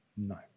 No